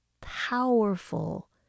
powerful